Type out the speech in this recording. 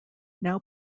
now